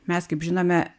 mes kaip žinome